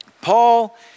Paul